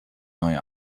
neue